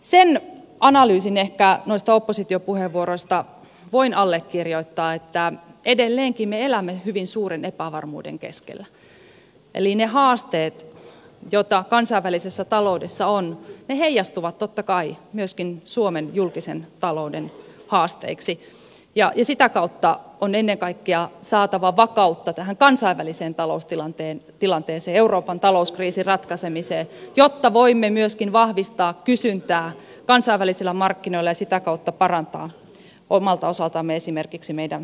sen analyysin ehkä noista oppositiopuheenvuoroista voin allekirjoittaa että edelleenkin me elämme hyvin suuren epävarmuuden keskellä eli ne haasteet joita kansainvälisessä taloudessa on heijastuvat totta kai myöskin suomen julkisen talouden haasteiksi ja sitä kautta on ennen kaikkea saatava vakautta tähän kansainväliseen taloustilanteeseen euroopan talouskriisin ratkaisemiseen jotta voimme myöskin vahvistaa kysyntää kansainvälisillä markkinoilla ja sitä kautta parantaa omalta osaltamme esimerkiksi meidän viennin vetoa